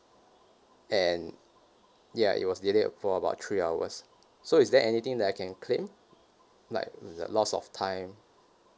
and ya it was delayed for about three hours so is there anything that I can claim like the loss of time